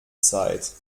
zeit